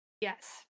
Yes